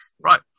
Right